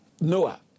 Noah